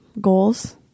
goals